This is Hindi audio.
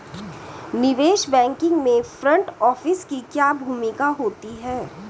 निवेश बैंकिंग में फ्रंट ऑफिस की क्या भूमिका होती है?